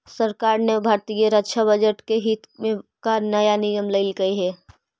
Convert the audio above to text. सरकार ने भारतीय रक्षा बजट के हित में का नया नियम लइलकइ हे